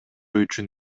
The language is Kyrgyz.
үчүн